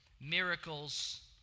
Miracles